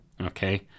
okay